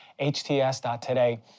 hts.today